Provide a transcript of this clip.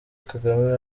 kagame